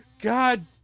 god